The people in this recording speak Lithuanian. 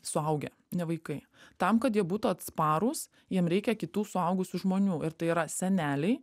suaugę ne vaikai tam kad jie būtų atsparūs jiem reikia kitų suaugusių žmonių ir tai yra seneliai